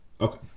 Okay